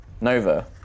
Nova